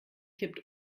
kippt